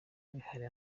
bihari